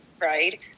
right